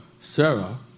Sarah